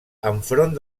enfront